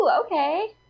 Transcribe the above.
okay